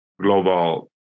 global